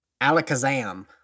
Alakazam